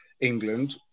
England